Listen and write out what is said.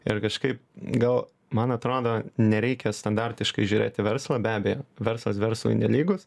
ir kažkaip gal man atrodo nereikia standartiškai žiūrėt į verslą be abejo verslas verslui nelygus